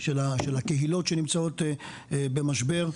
של הקהילות שנמצאות במשבר,